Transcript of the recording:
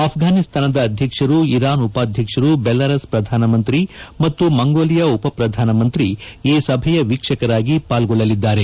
ಆಫ್ರಾನಿಸ್ತಾನ ಅಧ್ಯಕ್ಷರು ಇರಾನ್ ಉಪಾಧ್ಯಕ್ಷರು ಬೆಲಾರಸ್ ಪ್ರಧಾನಮಂತ್ರಿ ಮತ್ತು ಮಂಗೋಲಿಯಾ ಉಪಪ್ರಧಾನಮಂತ್ರಿ ಈ ಸಭೆಯ ವೀಕ್ಷಕರಾಗಿ ಪಾಲ್ಗೊಳ್ಳಲಿದ್ದಾರೆ